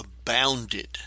abounded